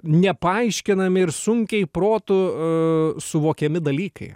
nepaaiškinami ir sunkiai protu suvokiami a dalykai